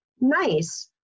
nice